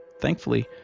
thankfully